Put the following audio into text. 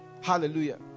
hallelujah